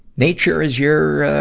nature is your, ah,